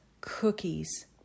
cookies